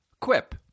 Quip